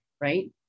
right